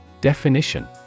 Definition